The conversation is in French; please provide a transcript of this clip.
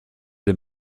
des